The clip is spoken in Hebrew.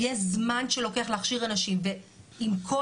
יש זמן שלוקח להכשיר אנשים.